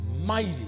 mighty